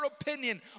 opinion